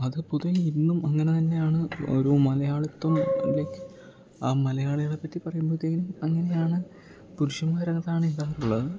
അത് പൊതുവെ ഇന്നും അങ്ങനെ തന്നെയാണ് ഒരു മലയാളിത്തം ലൈക്ക് ആ മലയാളികളെ പറ്റി പറയുമ്പത്തേന് അങ്ങനെയാണ് പുരുഷന്മാർ അതാണിടാറുള്ളത്